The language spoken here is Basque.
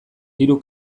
hiru